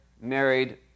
married